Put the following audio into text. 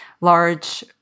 large